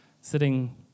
sitting